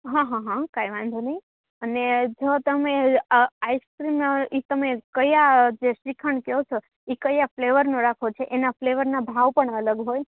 હં હં હં કાંઈ વાંધો નહીં અને જો તમે આઇસક્રીમ એ તમે કયા જે શ્રીખંડ કહો છો એ કયા ફ્લેવરનો રાખવો છે એના ફ્લેવરના ભાવ પણ અલગ હોય